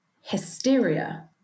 hysteria